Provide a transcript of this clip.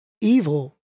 evil